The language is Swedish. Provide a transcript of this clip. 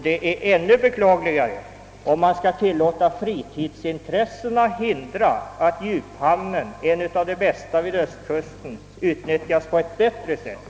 Det är ännu mera beklagligt om man skall tillåta fritidsintresset hindra att djuphamnen, en av de bästa vid Ostkusten, utnyttjas på ett bättre sätt.